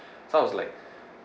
so I was like